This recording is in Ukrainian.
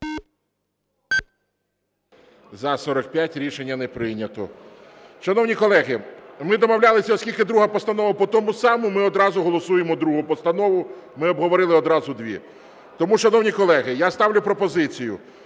За-45 Рішення не прийнято. Шановні колеги, ми домовлялися, оскільки друга постанова по тому самому, ми одразу голосуємо другу постанову. Ми обговорили одразу дві. Тому, шановні колеги, я ставлю пропозицію